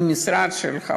מהמשרד שלך,